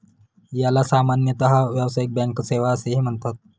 याला सामान्यतः व्यावसायिक बँक सेवा असेही म्हणतात